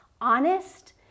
honest